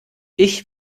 ich